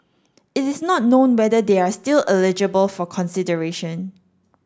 it is not known whether they are still eligible for consideration